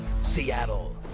Seattle